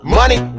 money